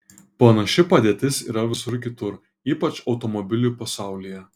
panaši padėtis yra visur kitur ypač automobilių pasaulyje